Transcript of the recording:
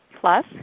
plus